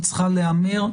היא צריכה להיאמר,